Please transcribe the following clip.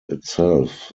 itself